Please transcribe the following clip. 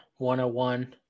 101